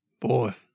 Boy